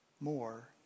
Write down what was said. more